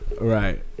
right